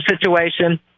situation